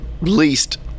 least